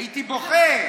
הייתי בוכה.